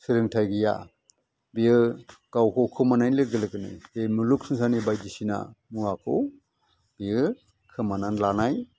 सोलोंथाइ गैया बेयो गावखौ खोमानाय लोगो लोगोनो जे मुलुग संसारनि बायदिसिना मुवाखौ बियो खोमानानै लानाय